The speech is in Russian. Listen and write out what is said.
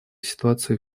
ситуацию